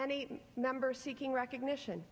a number seeking recognition